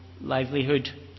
livelihood